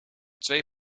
twee